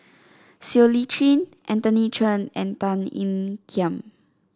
Siow Lee Chin Anthony Chen and Tan Ean Kiam